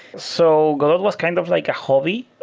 so godot was kind of like a hobby,